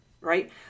Right